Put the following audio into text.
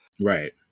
Right